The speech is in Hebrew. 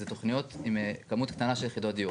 זה תוכניות עם כמות קטנה של יחידות דיור.